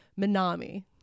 Minami